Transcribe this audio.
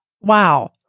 Wow